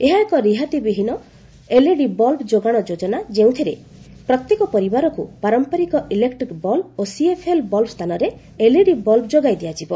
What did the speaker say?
ଏହା ଏକ ରିହାତି ବିହୀନ ଏଲ୍ଇଡି ବଲ୍ବ ଯୋଗାଣ ଯୋଜନା ଯେଉଁଥିରେ ପ୍ରତ୍ୟେକ ପରିବାରକୁ ପାରମ୍ପରିକ ଇଲେକ୍ଟ୍ରିକ୍ ବଲ୍ବ ଓ ସିଏଫ୍ଏଲ୍ ବଲ୍ବ ସ୍ଥାନରେ ଏଲ୍ଇଡି ବଲ୍ବ ଯୋଗାଇ ଦିଆଯିବ